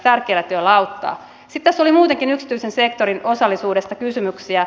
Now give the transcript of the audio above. sitten tässä oli muutenkin yksityisen sektorin osallisuudesta kysymyksiä